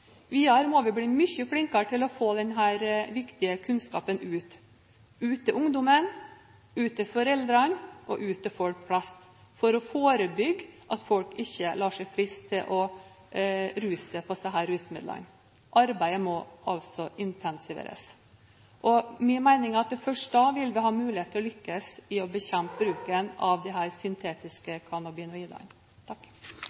Videre må vi bli mye flinkere til å få denne viktige kunnskapen ut – ut til ungdommene, ut til foreldrene og ut til folk flest for å forebygge at folk lar seg friste til å ruse seg på disse rusmidlene. Arbeidet må altså intensiveres. Min mening er at først da vil vi ha muligheter til å lykkes i å bekjempe bruken av disse syntetiske